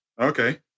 Okay